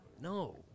No